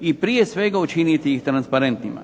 i prije svega učiniti ih transparentnima.